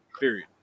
period